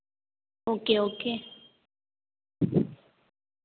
okay okay